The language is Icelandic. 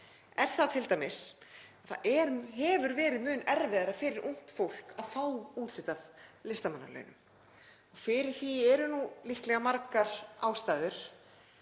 er t.d. sú að það hefur verið mun erfiðara fyrir það að fá úthlutað listamannalaunum. Fyrir því eru nú líklega margar ástæður